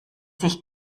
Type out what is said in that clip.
sich